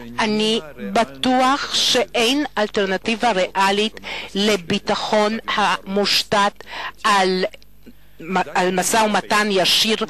אני בטוח שאין חלופה ריאלית לשלום המושתת על משא-ומתן ישיר,